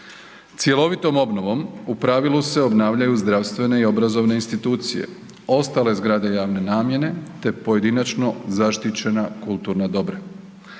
Cjelovitom obnovom u pravilu se obnavljaju zdravstvene i obrazovne institucije, ostale zgrade javne namjene, te pojedinačno zaštićena kulturna dobra.